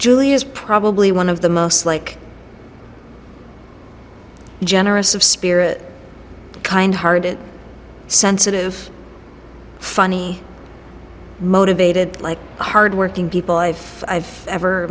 julie is probably one of the most like generous of spirit kind hearted sensitive funny motivated like hard working people i've